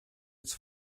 its